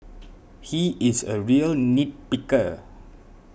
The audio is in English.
he is a real nit picker